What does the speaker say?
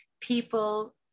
People